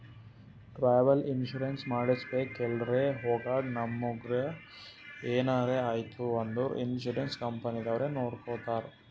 travel insurance ಮಾಡಿಸ್ಬೇಕ್ ಎಲ್ರೆ ಹೊಗಾಗ್ ನಮುಗ ಎನಾರೆ ಐಯ್ತ ಅಂದುರ್ ಇನ್ಸೂರೆನ್ಸ್ ಕಂಪನಿದವ್ರೆ ನೊಡ್ಕೊತ್ತಾರ್